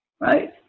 right